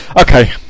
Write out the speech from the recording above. Okay